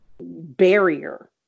barrier